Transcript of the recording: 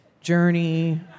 journey